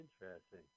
Interesting